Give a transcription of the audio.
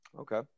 Okay